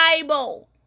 Bible